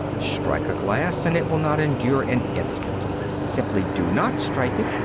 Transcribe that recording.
strike a glass, and it will not endure an instant simply do not strike it,